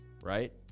right